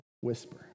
whisper